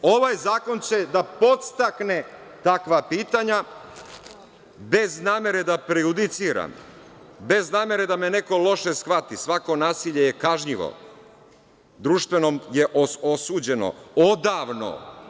Ovaj zakon će da podstakne takva pitanja, bez namere da prejudiciram, bez namere da me neko loše shvati, svako nasilje je kažnjivo, društveno je osuđeno, odavno.